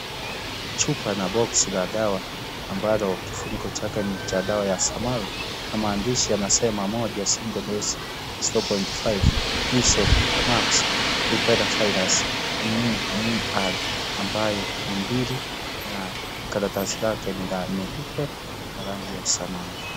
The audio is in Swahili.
Chupa na box la dawa ambalo kifuniko chake ni cha dawa ya samawi na maandishi yanasema moja single dose 0.5ml measles mumps rubella virus mmr ambayo ni mbili na karatasi lake ni la nyeupe na rangi ya samawi.